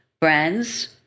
brands